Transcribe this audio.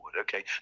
okay